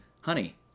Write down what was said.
honey